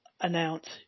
announce